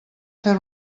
fer